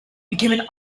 became